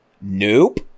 nope